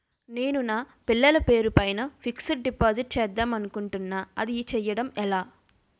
నేను నా పిల్లల పేరు పైన ఫిక్సడ్ డిపాజిట్ చేద్దాం అనుకుంటున్నా అది చేయడం ఎలా?